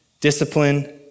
discipline